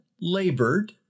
labored